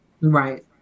Right